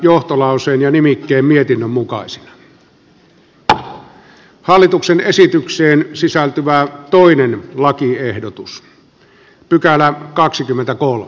ville vähämäki on maria lohelan kannattamana ehdottanut että pykälä hyväksytään vastalauseen mukaisena